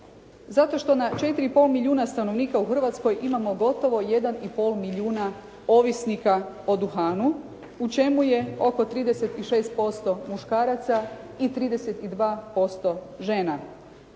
Zato što na 4 i pol milijuna stanovnika u Hrvatskoj imamo gotovo 1 i pol milijuna ovisnika o duhanu u čemu je oko 36% muškaraca i 32% žena.